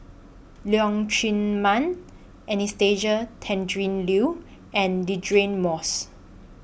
Leong Chee Mun Anastasia Tjendri Liew and Deirdre Moss